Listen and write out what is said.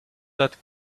that